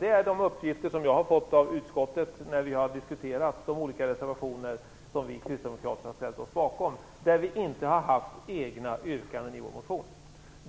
Det är de uppgifter jag har fått av utskottet när vi har diskuterat de olika reservationer som vi kristdemokrater har ställt oss bakom när vi inte har haft egna yrkanden i vår motion.